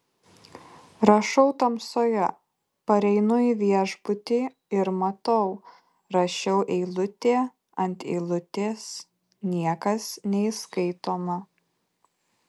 rašau tamsoje pareinu į viešbutį ir matau rašiau eilutė ant eilutės niekas neįskaitoma